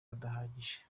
adahagije